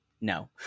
No